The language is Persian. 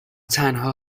تنها